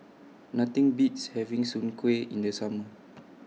Nothing Beats having Soon Kueh in The Summer